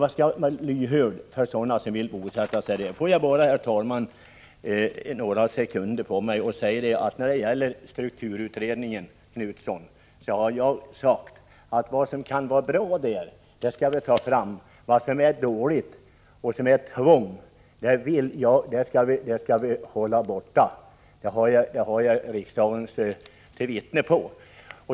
Man skall vara lyhörd när det finns människor som vill bosätta sig på små jordbruk. Får jag, herr talman, några sekunder på mig att säga till Göthe Knutson att jag när det gäller strukturutredningen har sagt att vi skall ta fram det som är bra i denna och förkasta det som är dåligt och det som handlar om tvång - det har jag riksdagen som vittne på.